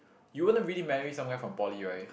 you wouldn't really marry somewhere from poly right